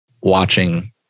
watching